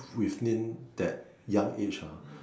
within that young age ah